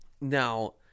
Now